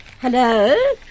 Hello